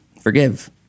forgive